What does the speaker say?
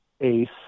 Ace